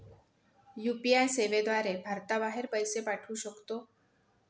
UPI सेवेद्वारे भारताबाहेर पैसे पाठवू शकतो